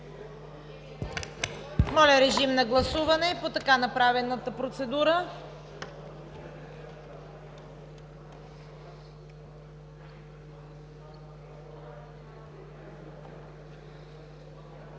Моля, режим на гласуване по така направената процедура.